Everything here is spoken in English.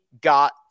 got